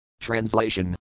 Translation